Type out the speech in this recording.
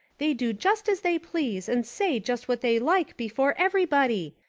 they do just as they please and say just what they like before everybody.